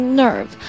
nerve